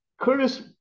Curtis